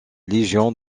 légion